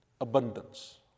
abundance